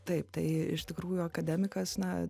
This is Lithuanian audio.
taip tai iš tikrųjų akademikas na